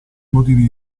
motivi